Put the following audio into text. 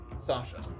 Sasha